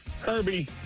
kirby